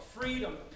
freedom